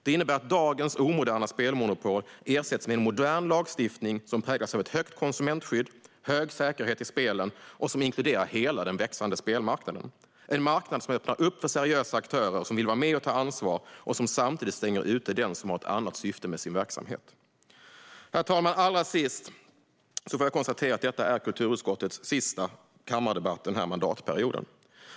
Det innebär att dagens omoderna spelmonopol ersätts med modern lagstiftning som präglas av högt konsumentskydd och hög säkerhet i spelen och som inkluderar hela den växande spelmarknaden - en marknad som öppnar upp för seriösa aktörer som vill vara med och ta ansvar och samtidigt stänger ute den som har ett annat syfte med sin verksamhet. Herr talman! Allra sist konstaterar jag att detta är kulturutskottets sista kammardebatt den här mandatperioden.